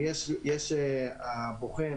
הבוחן